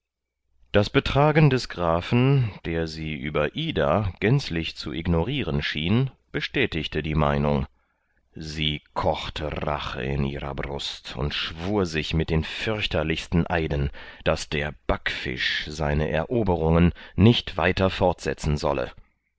das betragen des grafen der sie über ida gänzlich zu ignorieren schien bestätigte die meinung sie kochte rache in ihrer brust und schwur sich mit den fürchterlichsten eiden daß der backfisch seine eroberungen nicht weiter fortsetzen solle